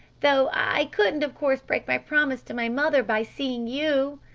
though i couldn't of course break my promise to my mother by seeing you.